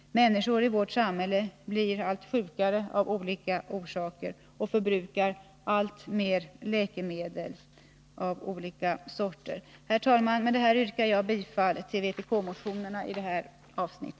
Människor i vårt samhälle blir allt sjukare av olika orsaker, och man förbrukar alltmer läkemedel av olika slag. Fru talman! Med det anförda yrkar jag bifall till vpk-motionerna i detta avsnitt.